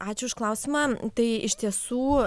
ačiū už klausimą tai iš tiesų